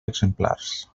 exemplars